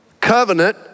Covenant